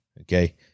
Okay